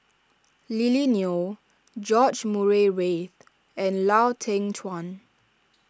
Lily Neo George Murray Reith and Lau Teng Chuan